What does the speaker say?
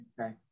okay